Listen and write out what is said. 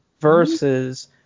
versus